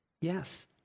yes